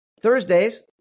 Thursdays